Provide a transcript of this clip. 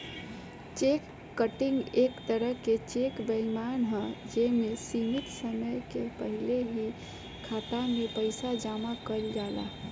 check cutting एक तरह के चेक बेईमानी ह जे में सीमित समय के पहिल ही खाता में पइसा जामा कइल जाला